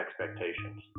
expectations